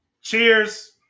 cheers